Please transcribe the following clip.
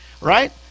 right